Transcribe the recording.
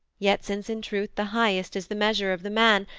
yet since in truth the highest is the measure of the man,